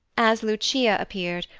as lucia appeared,